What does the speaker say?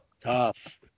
tough